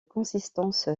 consistance